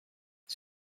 ich